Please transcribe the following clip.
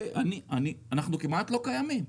אנחנו כמעט לא קיימים.